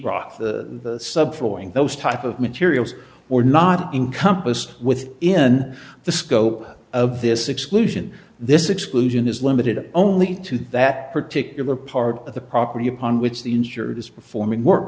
subflooring those type of materials or not encompass with in the scope of this exclusion this exclusion is limited only to that particular part of the property upon which the insured is performing work